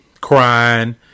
crying